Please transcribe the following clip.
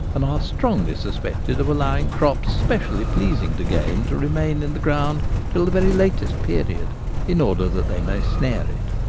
and are strongly suspected of allow ing crops specially pleasing to game to remain in the ground till the very latest period in order that they may snare it.